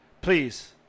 please